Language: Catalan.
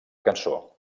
cançó